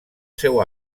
seu